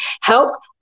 help